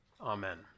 amen